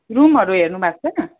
रुमहरू हेर्नु भएको छ